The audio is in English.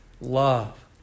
love